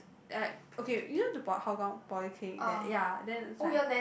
uh okay you know the Hougang polyclinic there ya then there's like